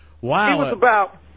Wow